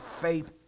faith